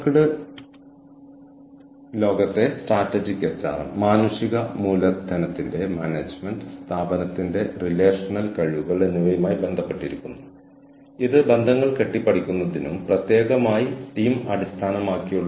കൂടാതെ strategic human resource management ഗവേഷണത്തിലെ black ബോക്സിനെക്കുറിച്ചുള്ള പുതിയ കാഴ്ചപ്പാടുകളെക്കുറിച്ചുള്ള വളരെ രസകരമായ ഒരു പേപ്പറാണിത്